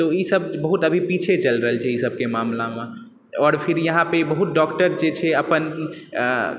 तवे सब अभी बहुत पीछे चलि रहल छै ई सबके मामलामे आओर फेर यहाँपर बहुत डॉक्टर जे छै अपन